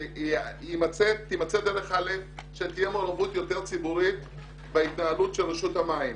שתימצא דרך לפיה תהיה מעורבות יותר ציבורית בהתנהלות של רשות המים.